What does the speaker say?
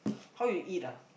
how you eat ah